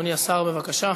אדוני השר, בבקשה.